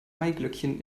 maiglöckchen